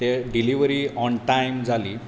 ते delivery on time जाली